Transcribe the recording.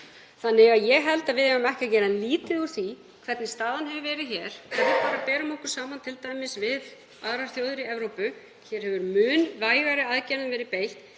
baráttu. Ég held að við eigum ekki að gera lítið úr því hvernig staðan hefur verið hér ef við berum okkur t.d. bara saman við aðrar þjóðir í Evrópu. Hér hefur mun vægari aðgerðum verið beitt,